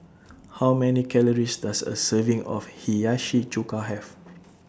How Many Calories Does A Serving of Hiyashi Chuka Have